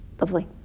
lovely